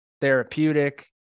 therapeutic